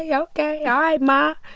yeah ok yeah ma.